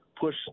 push